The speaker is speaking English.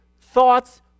thoughts